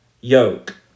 yoke